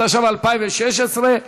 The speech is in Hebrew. התשע"ו 2016,